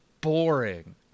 boring